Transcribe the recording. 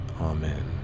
Amen